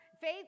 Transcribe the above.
faith